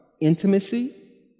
intimacy